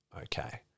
Okay